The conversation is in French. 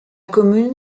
commune